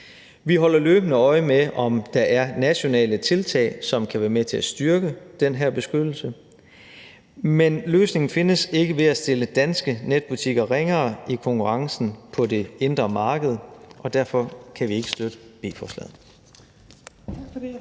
Vi holder løbende øje med, om der er nationale tiltag, som kan være med til at styrke den her beskyttelse, men løsningen findes ikke ved at stille danske netbutikker ringere i konkurrencen på det indre marked, og derfor kan vi ikke støtte B-forslaget.